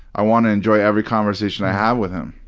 i wanna enjoy every conversation i have with him.